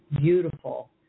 beautiful